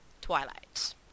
Twilight